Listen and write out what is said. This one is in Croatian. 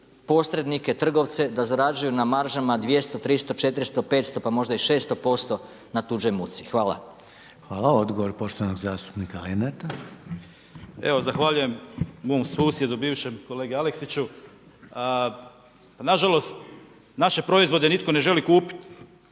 posrednike, trgovce da zarađuju na maržama 200, 300, 400, 500 pa možda i 600% na tuđoj muci. Hvala. **Reiner, Željko (HDZ)** Hvala, odgovor poštovanog zastupnika Lenarta. **Lenart, Željko (HSS)** Evo zahvaljujem mom susjedu bivšem, kolegi Aleksiću. Nažalost, naše proizvode nitko ne želi kupiti